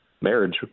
Marriage